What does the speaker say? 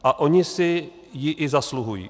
A oni si ji i zasluhují.